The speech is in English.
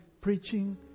preaching